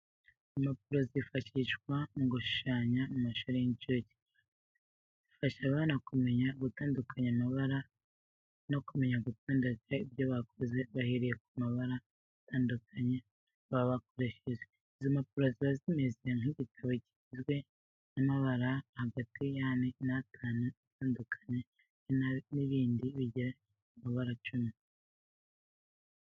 Impapuro zifashishwa mu gushushanya mu mashuri y'incuke. Zifasha abana kumenya gutandukanya amabara no kumenya gutondekanya ibyo bakoze bahereye ku mabara atandukanye baba bakoresheje. Izo mpapuro ziba zimeze nk'igitabo kigizwe n'amabara hagati y'ane n'atandatu atandukanye, hari n'ibinini bigera ku mabara icumi.